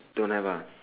don't have ah